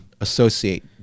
associate